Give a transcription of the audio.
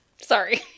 Sorry